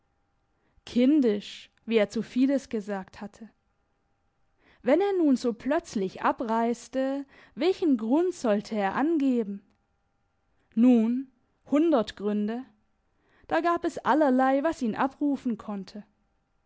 kindisch wie er zu fides gesagt hatte wenn er nun so plötzlich abreiste welchen grund sollte er angeben nun hundert gründe da gab es allerlei was ihn abrufen konnte